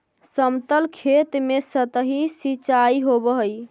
समतल खेत में सतही सिंचाई होवऽ हइ